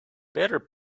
better